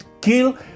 kill